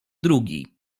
drugi